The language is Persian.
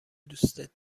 دوستت